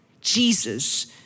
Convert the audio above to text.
Jesus